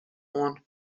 oan